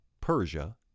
Persia